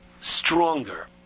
stronger